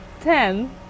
Ten